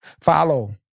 Follow